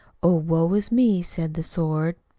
oh, woe is me, said the sword.